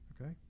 okay